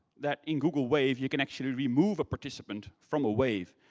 that in google wave, you can actually remove a participant from a wave.